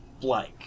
blank